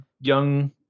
young